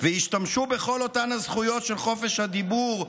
והשתמשו בכל אותן הזכויות של חופש הדיבור,